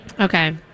Okay